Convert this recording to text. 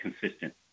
consistent